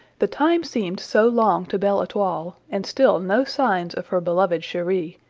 the time seemed so long to belle-etoile, and still no signs of her beloved cheri,